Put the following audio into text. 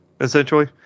Essentially